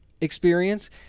experience